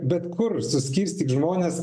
bet kur suskirstyk žmones